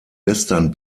western